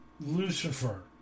Lucifer